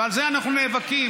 ועל זה אנחנו נאבקים,